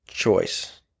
choice